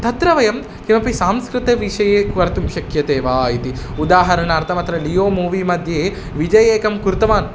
तत्र वयं किमपि सांस्कृतविषये कर्तुं शक्यते वा इति उदाहरणार्थमत्र लियो मुविमध्ये विजेयेकं कृतवान्